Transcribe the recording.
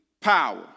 power